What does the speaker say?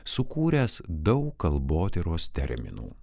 sukūręs daug kalbotyros terminų